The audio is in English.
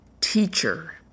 teacher